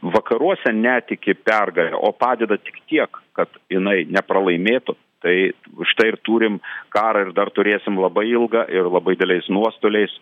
vakaruose netiki pergale o padeda tik kiek kad jinai nepralaimėtų tai užtai ir turim karą ir dar turėsim labai ilgą ir labai dideliais nuostoliais